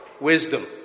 wisdom